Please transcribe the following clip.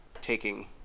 taking